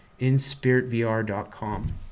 inspiritvr.com